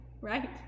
Right